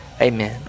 Amen